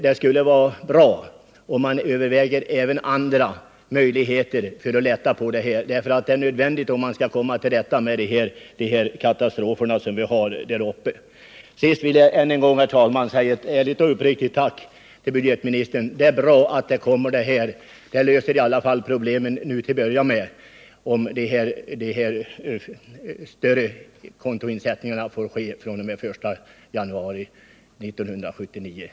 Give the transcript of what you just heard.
Det skulle vara bra om man övervägde även andra möjligheter för att åstadkomma lättnader. Det är nödvändigt om man skall komma till rätta med "sådana katastrofer som vi drabbas av uppe i Nordvärmland. Till sist vill jag än en gång, herr talman, säga ett ärligt och uppriktigt tack till budgetministern. Det är bra att det kommer ett förslag till ändrade skatteregler. Det löser i varje fall problemet till en början, om de större kontoinsättningarna får ske senast från den 1 januari 1979.